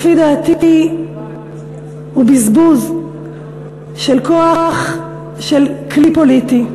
לפי דעתי הוא בזבוז של כוח של כלי פוליטי.